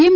એમ